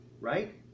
right